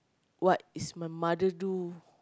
what is my mother do